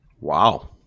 Wow